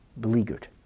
beleaguered